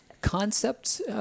Concepts